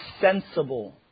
sensible